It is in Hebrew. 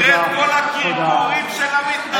יושב-ראש האופוזיציה, תקשיב לי אתה.